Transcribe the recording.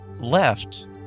left